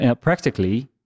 practically